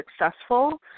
successful